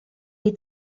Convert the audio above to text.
die